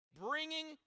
bringing